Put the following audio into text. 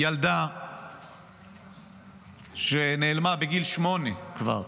ילדה שנעלמה, בגיל שמונה כבר,